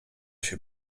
się